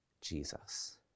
Jesus